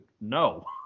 no